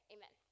Amen